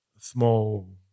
small